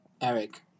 Eric